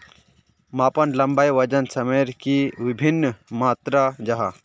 मापन लंबाई वजन सयमेर की वि भिन्न मात्र जाहा?